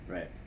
Right